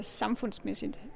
samfundsmæssigt